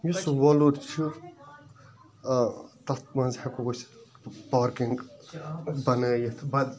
یُس سُہ وۄلُر چھُ تتھ مَنٛز ہیٚکو أسۍ پارکِنٛگ بَنٲوِتھ بَڈٕ